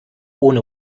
ohne